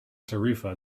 tarifa